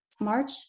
March